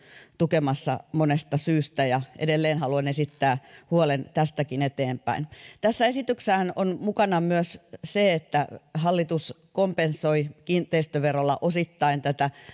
tukemassa monesta syystä ja edelleen haluan esittää huolen tästäkin eteenpäin tässä esityksessähän on mukana myös se että hallitus kompensoi kiinteistöverolla osittain